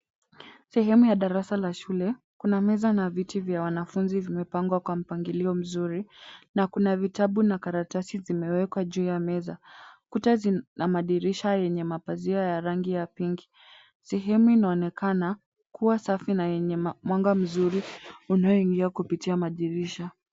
Sehemu ya darasa la shule, kuna meza na viti vya wanafunzi vimepangwa kwa mpangilio mzuri na kuna vitabu na karatasi zimewekwa juu ya meza. Kuta zina madirisha yenye mapazia ya rangi ya pinki. Sehemu inaonekana kuwa safi na yenye mwanga mzuri unaoingia kupitia madirisha.